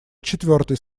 четвертой